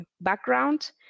background